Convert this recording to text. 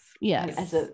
yes